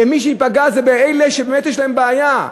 ומי שייפגע זה אלה שבאמת יש להם בעיה.